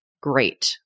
great